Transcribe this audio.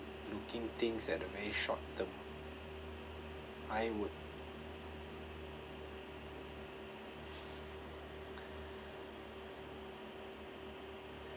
looking things at a very short term I would